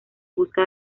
busca